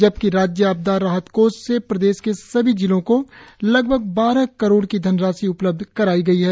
जबकि राज्य आपदा राहत कोष से प्रदेश के सभी जिलों को लगभग बारह करोड़ की धनराशि उपलब्ध कराई गयी है